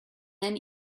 then